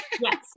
Yes